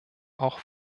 auch